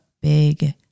big